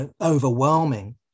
overwhelming